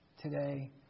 today